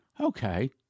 Okay